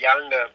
younger